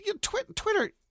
Twitter